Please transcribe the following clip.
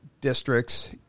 districts